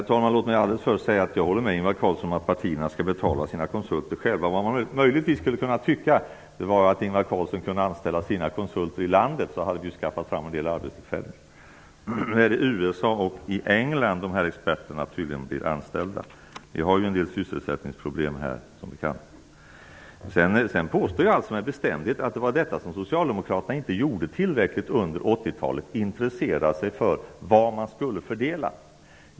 Herr talman! Låt mig allra först säga att jag håller med Ingvar Carlsson om att partierna själva skall betala sina konsulter. Man skulle möjligen kunna tycka att Ingvar Carlsson kunde anställa sina konsulter i landet. Då hade man kunnat få till stånd några arbetstillfällen. Nu är det tydligen i England och i USA som man anställer experter. Vi har som bekant en del sysselsättningsproblem i vårt land. Vidare påstår jag med bestämdhet att socialdemokraterna inte tillräckligt under 80-talet intresserade sig för vad man skulle fördela.